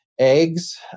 Eggs